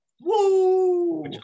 Woo